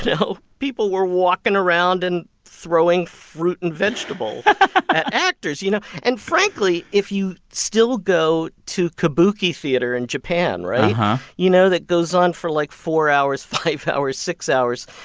know, people were walking around and throwing fruit and vegetables at actors, you know? and frankly, if you still go to kabuki theater in japan, right? uh-huh you know, that goes on for like four hours, five hours, six hours.